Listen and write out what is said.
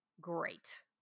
great